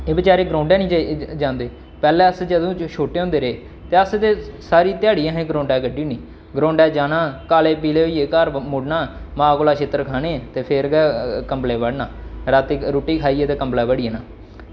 ते ओह् बेचारे ग्राउंडा निं जाई जंदे पैह्लें अस जदूं छोटे होंदे रेह् ते अस ते सारी ध्याड़ी असें ग्राउंडा कड्ढी ओड़नी ग्राउंडा जाना ते काले पीले होइयै घर मुड़ना मां कोला छित्तर खाने ते फिर गै कंबलै च बड़ना रातीं रुट्टी खाइयै ते कंबलै ई बड़ी जाना